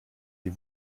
die